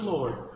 Lord